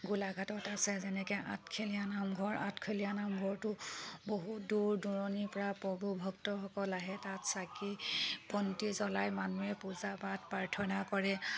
গোলাঘাটত আছে যেনেকৈ আঠখেলীয়া নামঘৰ আঠখেলীয়া নামঘৰতো বহুত দূৰ দূৰণিৰপৰা প্ৰভু ভক্তসকল আহে তাত চাকি বন্তি জ্বলাই মানুহে পূজা পাঠ প্ৰাৰ্থনা কৰে